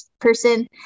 person